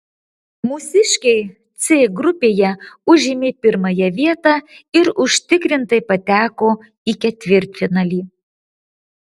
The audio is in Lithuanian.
mūsiškiai c grupėje užėmė pirmąją vietą ir užtikrintai pateko į ketvirtfinalį